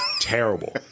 Terrible